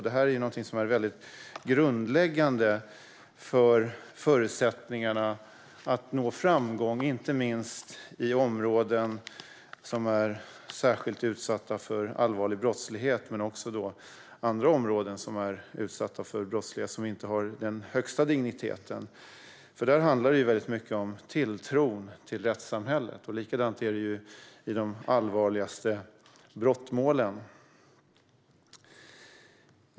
Det här är någonting som är väldigt grundläggande för förutsättningarna att nå framgång, inte minst i områden som är särskilt utsatta för allvarlig brottslighet, men också i andra områden, som är utsatta för brottslighet som inte har den högsta digniteten. Där handlar det väldigt mycket om tilltron till rättssamhället. Likadant är det i de allvarligaste brottmålen.